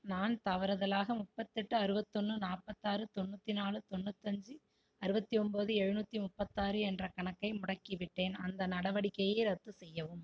நான் தவறுதலாக முப்பத்தெட்டு அறுபத்தொன்னு நாற்பத்தாறு தொண்ணூற்றி நாலு தொண்ணூத்தஞ்சு அறுபத்தி ஒம்போது எழுநூற்றி முப்பத்தாறு என்ற கணக்கை முடக்கிவிட்டேன் அந்த நடவடிக்கையை ரத்து செய்யவும்